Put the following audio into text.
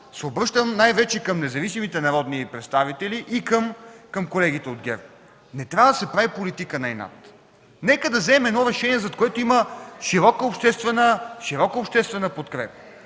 се обръщам най-вече към независимите народни представители и към колегите от ГЕРБ: не трябва да се прави политика на инат. Нека да вземем едно решение, зад което има широка обществена подкрепа.